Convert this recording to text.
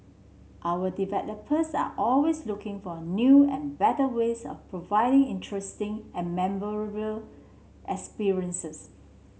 our developers are always looking for new and better ways of providing interesting and memorable experiences